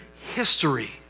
history